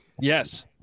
yes